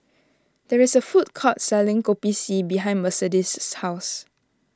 there is a food court selling Kopi C behind Mercedes' house